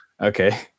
Okay